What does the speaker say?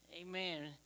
Amen